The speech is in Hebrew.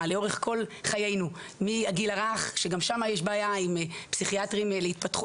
לאורך כל חיינו מהגיל הרך שגם שם יש בעיה עם פסיכיאטרים להתפתחות,